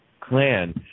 clan